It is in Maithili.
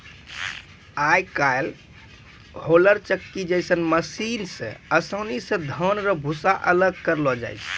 आय काइल होलर चक्की जैसन मशीन से आसानी से धान रो भूसा अलग करलो जाय छै